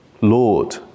Lord